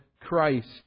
Christ